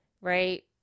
right